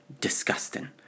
Disgusting